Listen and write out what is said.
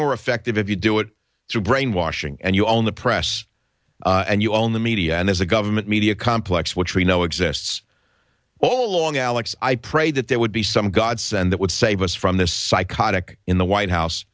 more effective if you do it through brainwashing and you own the press and you own the media and as a government media complex which we know exists all along alex i prayed that there would be some gods and that would save us from this psychotic in the white house